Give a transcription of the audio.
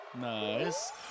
Nice